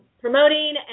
promoting